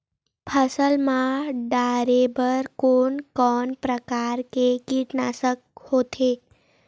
फसल मा डारेबर कोन कौन प्रकार के कीटनाशक होथे?